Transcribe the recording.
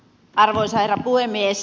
arvoisa herra puhemies